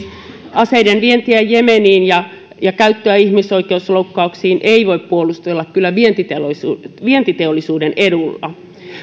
aseiden vientiä jemeniin ja niiden käyttöä ihmisoikeusloukkauksiin ei voi puolustella kyllä vientiteollisuuden vientiteollisuuden edulla